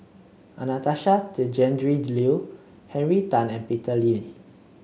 Anastasia Tjendri Liew Henry Tan and Peter Lee